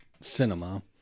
cinema